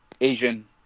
Asian